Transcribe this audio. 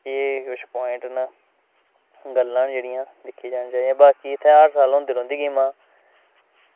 एह् कुछ प्वाइंट न गल्लां न जेह्ड़ियां दिक्खी जानी चाही दियां इत्थै हर साल होंदी रौहंदी गेमां